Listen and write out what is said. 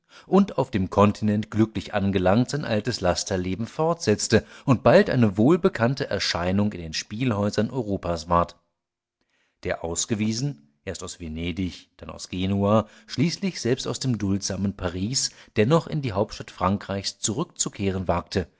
und auf dem kontinent glücklich angelangt sein altes lasterleben fortsetzte und bald eine wohlbekannte erscheinung in den spielhäusern europas ward der ausgewiesen erst aus venedig dann aus genua schließlich selbst aus dem duldsamen paris dennoch in die hauptstadt frankreichs zurückzukehren wagte